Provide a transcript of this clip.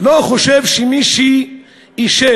לא חושב שמי שאישר,